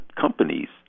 companies